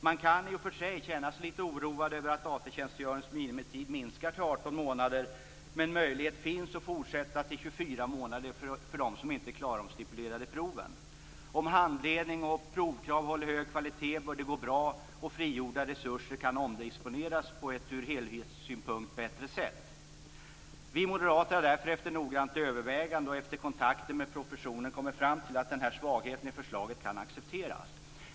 Man kan i och för sig känna sig litet oroad över att AT tjänstgöringens minimitid minskar till 18 månader, men möjlighet finns att fortsätta till 24 månader för dem som inte klarar de stipulerade proven. Om handledning och provkrav håller hög kvalitet bör det gå bra, och frigjorda resurser kan omdisponeras på ett ur helhetssynpunkt bättre sätt. Vi moderater har därför efter noggrant övervägande och efter kontakter med professionen kommit fram till att denna svaghet i förslaget kan accepteras.